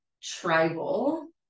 tribal